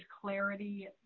clarity